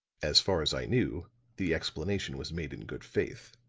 as far as i knew the explanation was made in good faith.